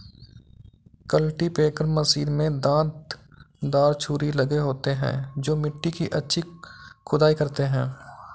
cultipacker machine में दांत दार छुरी लगे होते हैं जो मिट्टी की अच्छी खुदाई करते हैं